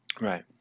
Right